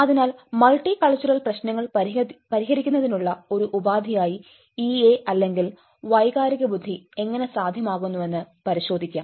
അതിനാൽ multicultural പ്രശ്നങ്ങൾ പരിഹരിക്കുന്നതിനുള്ള ഒരു ഉപാധിയായി ഇ ഐ അല്ലെങ്കിൽ വൈകാരിക ബുദ്ധി എങ്ങനെ സാധ്യമാകുമെന്ന് പരിശോധിക്കാം